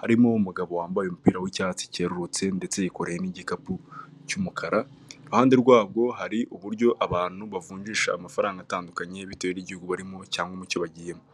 harimo umugabo wambaye umupira w'icyatsi cyerurutse ndetse yikoreye n'igikapu cy'umukara, iruhande rwabo hari uburyo abantu bavunjisha amafaranga atandukanye bitewe n'igihugu barimo cyangwa mucyo bagiyemo.